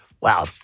Wow